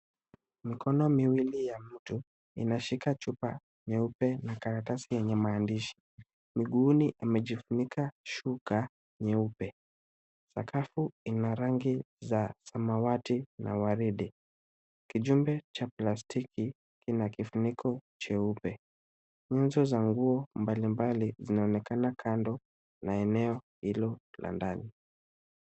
Mikono miwili ya mtu inashika chupa nyeupe na karatasi yenye maandishi. Miguuni amejifunika shuka nyeupe. Sakafu ina rangi za samawati na waridi. Kijumbe cha plastiki kina kifuniko cheupe. Nyenzo za nguo mbalimbali zinaonekana kando na eneo hilo la ndani.